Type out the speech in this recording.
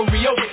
Rio